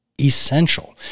essential